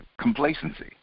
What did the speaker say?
complacency